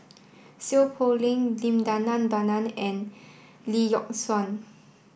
Seow Poh Leng Dim Denan Denon and Lee Yock Suan